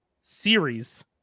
series